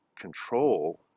control